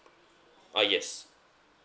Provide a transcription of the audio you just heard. uh yes